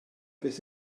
beth